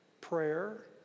prayer